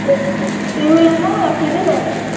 तो सिंगिल लेना है या सीधे लेना है